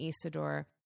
Isidore